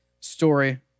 story